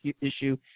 issue